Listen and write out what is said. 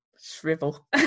shrivel